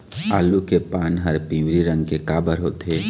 आलू के पान हर पिवरी रंग के काबर होथे?